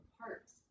parts